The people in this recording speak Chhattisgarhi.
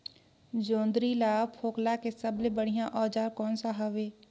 जोंदरी ला फोकला के सबले बढ़िया औजार कोन सा हवे?